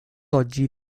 oggi